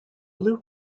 blue